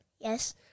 Yes